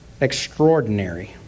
extraordinary